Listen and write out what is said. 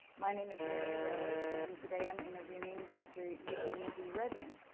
my name is mary rose and today i'm interviewing dr. eugene b. redmond